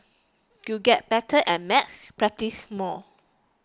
to get better at maths practise more